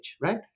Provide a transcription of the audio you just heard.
right